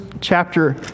chapter